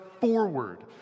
forward